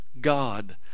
God